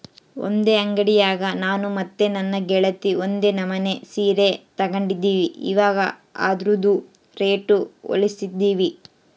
ಒಂದೇ ಅಂಡಿಯಾಗ ನಾನು ಮತ್ತೆ ನನ್ನ ಗೆಳತಿ ಒಂದೇ ನಮನೆ ಸೀರೆ ತಗಂಡಿದ್ವಿ, ಇವಗ ಅದ್ರುದು ರೇಟು ಹೋಲಿಸ್ತಿದ್ವಿ